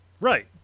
Right